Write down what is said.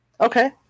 Okay